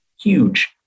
huge